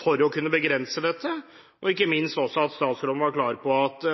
for å kunne begrense dette. Ikke minst er statsråden klar på at